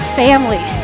family